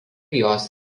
jos